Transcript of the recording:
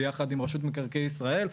ביחד עם רשות מקרקעי ישראל,